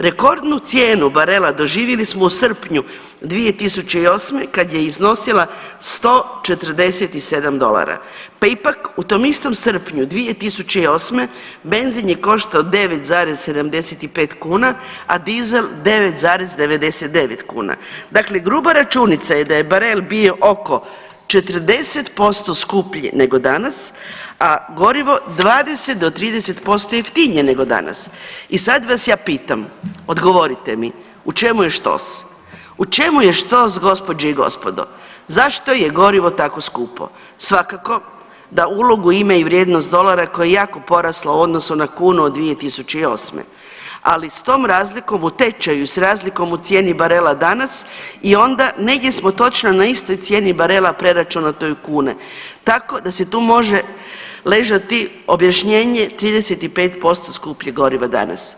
Rekordnu cijenu barela doživjeli smo u srpnju 2008. kad je iznosila 147 dolara, pa ipak u tom istom srpnju 2008. benzin je koštao 9,75 kuna, a dizel 9,99 kuna, dakle gruba računica je da je barel bio oko 40% skuplji nego danas, a gorivo 20 do 30% jeftinije nego danas i sad vas ja pitam, odgovorite mi u čemu je štos, u čemu je štos gospođe i gospodo zašto je gorivo tako skupo, svakako da ulogu ima i vrijednost dolara koji je jako porasla u odnosu na kunu od 2008., ali s tom razlikom u tečaju, s razlikom u cijeni barela danas i onda negdje smo točno na istoj cijeni barela preračunatoj u kune, tako da se tu može ležati objašnjenje 35% skupljeg goriva danas.